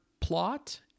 plot